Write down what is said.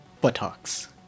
buttocks